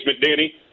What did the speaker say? Danny